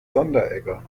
sonderegger